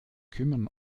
kümmern